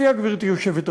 אני מציע, גברתי היושבת-ראש,